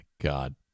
god